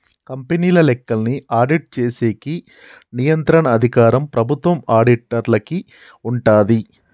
కంపెనీల లెక్కల్ని ఆడిట్ చేసేకి నియంత్రణ అధికారం ప్రభుత్వం ఆడిటర్లకి ఉంటాది